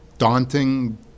daunting